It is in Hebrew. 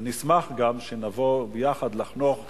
נשמח גם לבוא יחד לחנוך את,